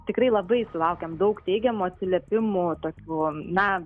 tikrai labai sulaukiam daug teigiamų atsiliepimų tokių na